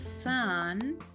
sun